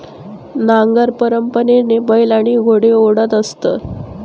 नांगर परंपरेने बैल आणि घोडे ओढत असत